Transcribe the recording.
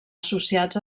associats